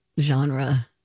genre